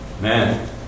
Man